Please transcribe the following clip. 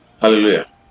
Hallelujah